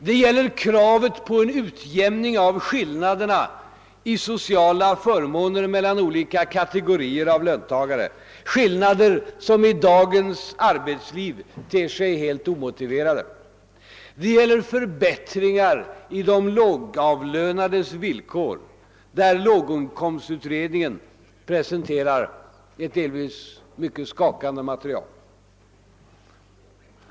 Det gäller kravet på en utjämning av skillnaderna i sociala förmåner mellan olika kategorier av löntagare, skillnader som i dagens arbetsliv ter sig helt Det gäller förbättringar i de lågavlönades villkor, där låginkomstutredningen presenterar ett delvis skakande material.